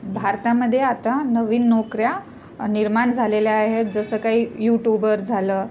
भारतामध्ये आता नवीन नोकऱ्या निर्माण झालेल्या आहेत जसं काही यूटूबर झालं